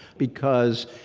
because,